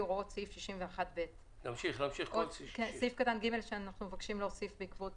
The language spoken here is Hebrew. הוראות סעיף 61ב. אנחנו מבקשים להוסיף סעיף קטן (ג) בעקבות